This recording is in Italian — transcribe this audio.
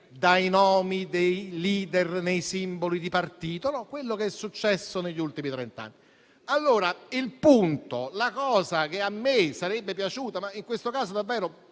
dai nomi dei *leader* nei simboli di partito, quello che è successo negli ultimi trent'anni. La cosa che a me sarebbe piaciuta, in questo caso più